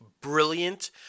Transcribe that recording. brilliant